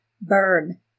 burn